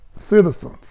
citizens